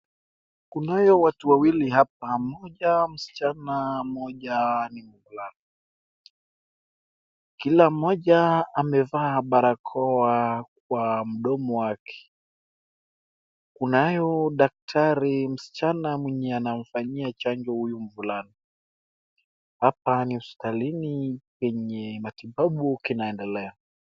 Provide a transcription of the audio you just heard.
Kunayo watu wawili hapa mmoja msichana mmoja ni mvulana kila mmoja amevaaa barakoa kwa mdomo wake kunayo daktari msichana mwenye anamfanyia chanjo huyu mvulana hapa ni hospitalini penye matibabu kinaendelea.